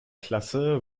klasse